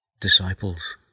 disciples